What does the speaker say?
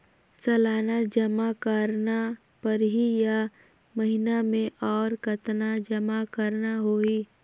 सालाना जमा करना परही या महीना मे और कतना जमा करना होहि?